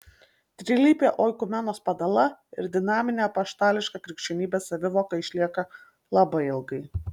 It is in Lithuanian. trilypė oikumenos padala ir dinaminė apaštališka krikščionybės savivoka išlieka labai ilgai